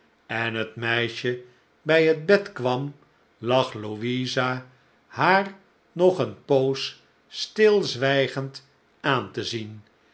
en het meisje bij het bed kwam lag louisa haar nog een poos stilzwijgend aan te zien